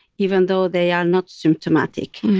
even though they are not symptomatic,